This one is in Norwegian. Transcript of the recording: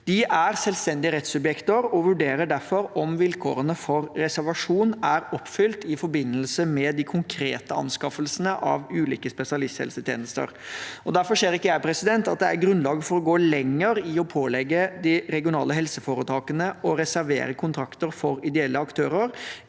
De er selvstendige rettssubjekter og vurderer derfor om vilkårene for reservasjon er oppfylt i forbindelse med de konkrete anskaffelsene av ulike spesialisthelsetjenester. Derfor ser ikke jeg at det er grunnlag for å gå lenger i å pålegge de regionale helseforetakene å reservere kontrakter for ideelle aktører